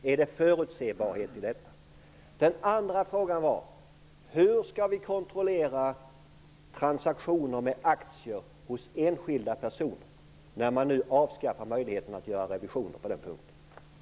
Finns det förutsebarhet i detta? Nästa fråga var: Hur skall vi kontrollera transaktioner med aktier hos enskilda personer när nu möjligheten att göra revision avskaffas?